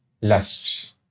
lust